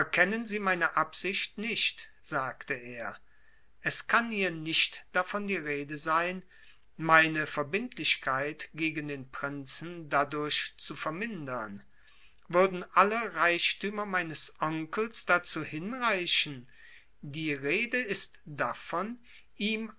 verkennen sie meine absicht nicht sagte er es kann hier nicht davon die rede sein meine verbindlichkeit gegen den prinzen dadurch zu vermindern würden alle reichtümer meines onkels dazu hinreichen die rede ist davon ihm